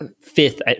fifth